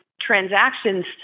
transactions